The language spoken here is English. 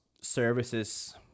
services